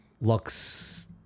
Lux